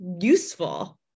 useful